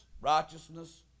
righteousness